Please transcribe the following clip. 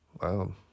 Wow